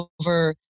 over